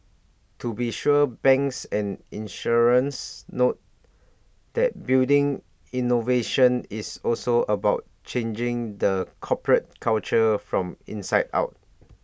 to be sure banks and insurance note that building innovation is also about changing the corporate culture from inside out